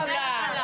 0 נמנעים,